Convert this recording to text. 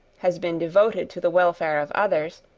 has been devoted to the welfare of others,